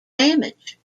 damage